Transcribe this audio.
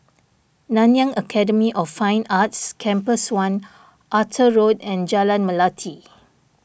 Nanyang Academy of Fine Arts Campus one Arthur Road and Jalan Melati